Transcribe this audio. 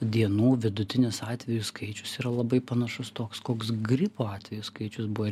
dienų vidutinis atvejų skaičius yra labai panašus toks koks gripo atvejų skaičius buvo